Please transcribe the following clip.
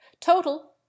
Total